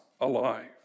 alive